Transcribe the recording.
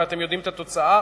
ואתם יודעים את התוצאה.